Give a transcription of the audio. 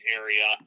area